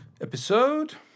episode